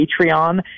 Patreon